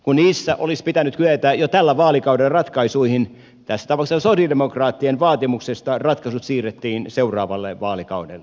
kun niissä olisi pitänyt kyetä jo tällä vaalikaudella ratkaisuihin tässä tapauksessa sosialidemokraattien vaatimuksesta ratkaisut siirrettiin seuraavalle vaalikaudelle